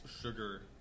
sugar